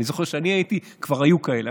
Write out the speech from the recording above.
אני זוכר שכשאני הייתי כבר היו כאלה.